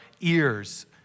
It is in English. ears